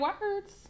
words